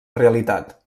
realitat